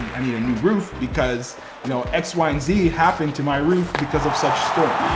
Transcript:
i need a new roof because you know x, y, and z happened to my roof because of such storm.